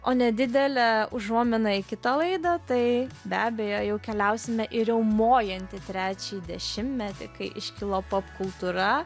o nedidelė užuomina į kitą laidą tai be abejo jau keliausime į riaumojantį trečiąjį dešimtmetį kai iškilo popkultūra